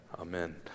amen